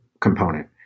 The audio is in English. component